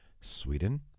Sweden